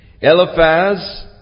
Eliphaz